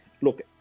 look